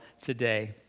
today